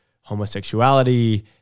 homosexuality